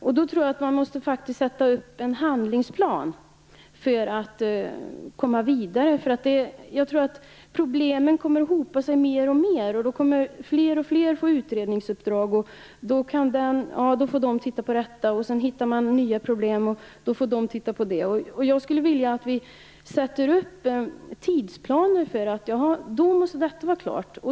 Jag tror att man i så fall måste sätta upp en handlingsplan för att komma vidare, eftersom problemen kommer att hopa sig mer och mer. Fler och fler kommer att få utredningsuppdrag. En utredning tittar på ett visst problem; sedan hittar man nya problem och då får andra titta på dem. Jag skulle vilja att vi sätter upp tidsplaner för när saker skall vara klara.